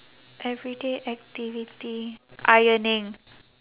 everyday activity ironing